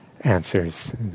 answers